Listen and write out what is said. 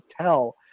tell